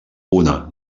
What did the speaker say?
una